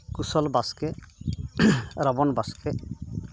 ᱠᱩᱥᱚᱞ ᱵᱟᱥᱠᱮ ᱨᱟᱵᱚᱱ ᱵᱟᱥᱠᱮ